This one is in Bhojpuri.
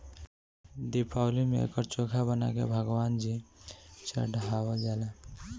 दिवाली में एकर चोखा बना के भगवान जी चढ़ावल जाला